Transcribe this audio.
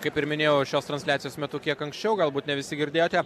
kaip ir minėjau šios transliacijos metu kiek anksčiau gal būt ne visi girdėjote